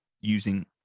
using